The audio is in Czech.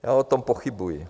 Já o tom pochybuji.